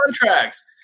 contracts